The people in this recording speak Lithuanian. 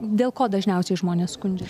dėl ko dažniausiai žmonės skundžiasi